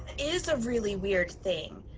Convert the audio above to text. is a really weird thing.